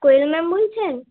কোয়েল ma'am বলছেন